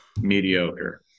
mediocre